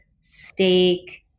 steak